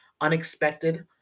unexpected